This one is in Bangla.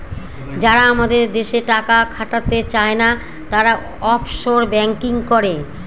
যারা আমাদের দেশে টাকা খাটাতে চায়না, তারা অফশোর ব্যাঙ্কিং করে